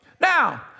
Now